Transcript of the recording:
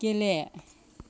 गेले